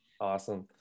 Awesome